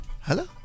Hello